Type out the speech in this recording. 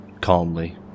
calmly